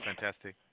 fantastic